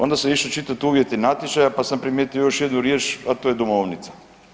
Onda sam išao čitati uvjete natječaja, pa sam primijetio još jednu riječ a to je domovnica.